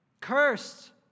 Cursed